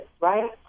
right